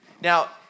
Now